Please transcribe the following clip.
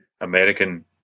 American